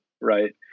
right